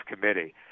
committee